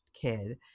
kid